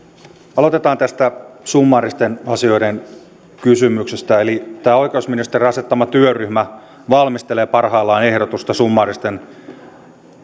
aloitetaan tästä summaaristen asioiden kysymyksestä eli tämä oikeusministeriön asettama työryhmä valmistelee parhaillaan ehdotusta summaaristen asioiden